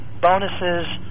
bonuses